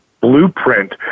blueprint